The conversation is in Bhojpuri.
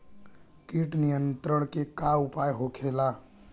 कीट नियंत्रण के का उपाय होखेला?